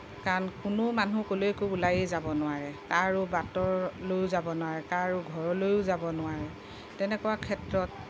কাৰণ কোনো মানুহ ক'লৈকো ওলাই যাব নোৱাৰে কাৰো বাটলৈও যাব নোৱাৰে কাৰো ঘৰলৈও যাব নোৱাৰে তেনেকুৱা ক্ষেত্ৰত